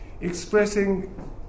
expressing